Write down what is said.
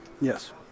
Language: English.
Yes